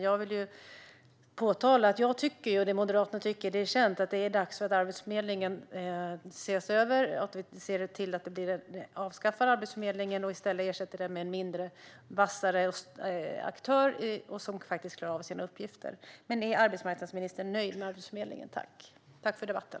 Jag vill påpeka att jag och Moderaterna tycker, vilket är känt, att det är dags att Arbetsförmedlingen ses över. Det är dags att avskaffa Arbetsförmedlingen och ersätta den med en mindre, vassare aktör som faktiskt klarar av sina uppgifter. Är arbetsmarknadsministern nöjd med Arbetsförmedlingen? Jag tackar för debatten.